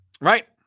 Right